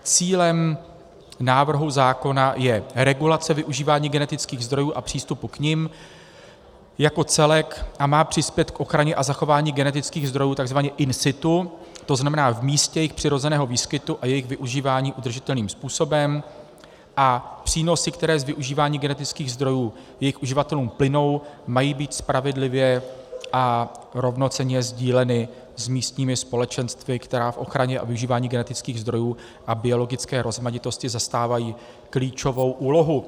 Cílem návrhu zákona je regulace využívání genetických zdrojů a přístupu k nim jako celek a má přispět k ochraně a zachování genetických zdrojů tzv. in situ, tzn. v místě jejich přirozeného výskytu, a jejich využívání udržitelným způsobem, a přínosy, které z využívání genetických zdrojů jejich uživatelům plynou, mají být spravedlivě a rovnocenně sdíleny s místními společenstvy, která v ochraně a využívání genetických zdrojů a biologické rozmanitosti zastávají klíčovou úlohu.